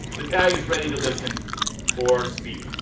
the tag is ready to listen or speak.